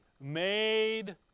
made